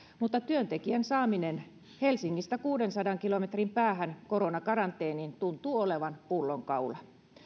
mutta työntekijän saaminen helsingistä kuudensadan kilometrin päähän koronakaranteeniin tuntuu olevan pullonkaula